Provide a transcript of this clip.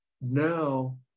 now